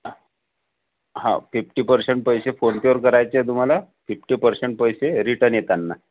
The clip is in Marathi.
हाव फिफ्टी परसेण्ट पैसे फोनपे वर करायचे तुम्हाला फिफ्टी परसेन्ट रिटर्न येतांना